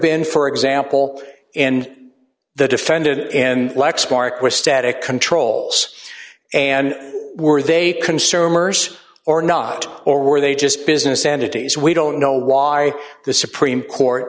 been for example and the defended and lexmark were static controls and were they consume ors or not or were they just business entities we don't know why the supreme court